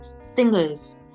singers